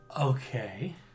Okay